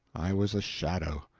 i was a shadow.